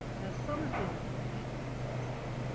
some of the information in the census